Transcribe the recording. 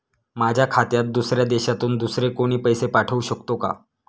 माझ्या खात्यात दुसऱ्या देशातून दुसरे कोणी पैसे पाठवू शकतो का?